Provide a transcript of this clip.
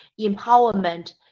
empowerment